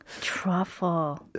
Truffle